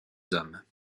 hommes